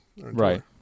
Right